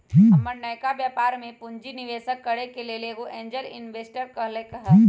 हमर नयका व्यापर में पूंजी निवेश करेके लेल एगो एंजेल इंवेस्टर कहलकै ह